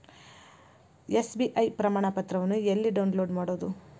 SBI ಪ್ರಮಾಣಪತ್ರವನ್ನ ಎಲ್ಲೆ download ಮಾಡೊದು?